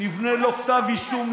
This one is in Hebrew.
נבנה לו כתב אישום,